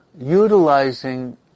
utilizing